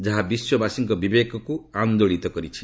ଯାହା ବିଶ୍ୱବାସୀଙ୍କ ବିବେକକୁ ଆନ୍ଦୋଳିତ କରିଛି